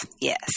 yes